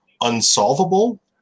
unsolvable